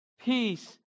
peace